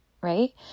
right